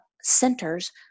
centers